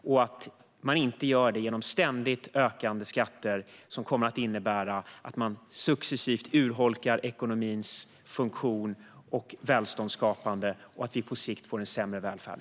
Det gör man inte genom ständigt ökande skatter som kommer att innebära att man successivt urholkar ekonomins funktion och välståndsskapande så att vi på sikt får en sämre välfärd.